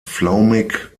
flaumig